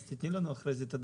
אז תיתני לנו אחרי כן את הדגשים.